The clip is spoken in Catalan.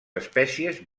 espècies